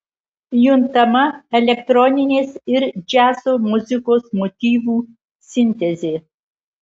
juntama elektroninės ir džiazo muzikos motyvų sintezė